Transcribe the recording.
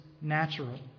natural